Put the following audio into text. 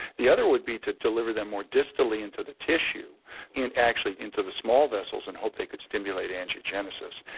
the other would be to deliver them more distally into the tissue and actually into the small vessels and hope they could stimulate angiogenesis.